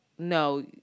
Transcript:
No